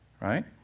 right